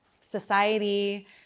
society